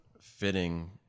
fitting